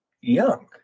young